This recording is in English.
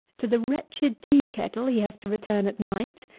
to the wretched tea-kettle he has to return at night,